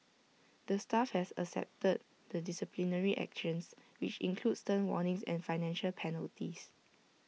the staff have accepted the disciplinary actions which include stern warnings and financial penalties